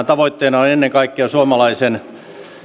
tavoitteena on ennen kaikkea suomalaisen